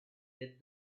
did